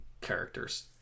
characters